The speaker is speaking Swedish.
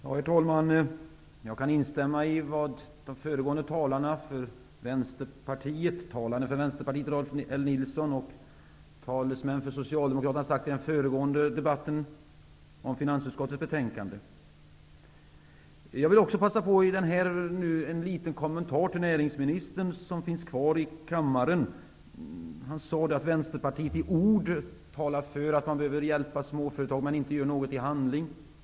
Herr talman! Jag kan instämma i vad som sagts av Vänsterpartiet genom Rolf L Nilson och av socialdemokraterna i den föregående debatten om finansutskottets betänkande. Jag vill passa på att ge en kort kommentar till näringsministern som finns kvar i kammaren. Han sade att Vänsterpartiet i ord talar för att hjälpa småföretagare, men inte gör något i handling.